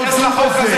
תודו בזה.